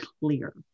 clear